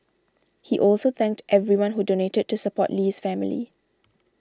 he also thanked everyone who donated to support Lee's family